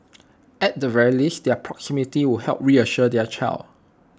at the very least their proximity would help reassure their child